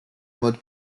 mode